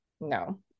No